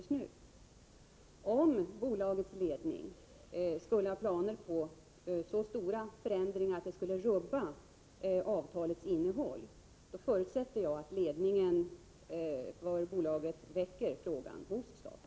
Om det skulle vara så, att bolagets ledning har planer på så stora förändringar att avtalets innehåll rubbas, förutsätter jag att bolagsledningen väcker frågan hos staten.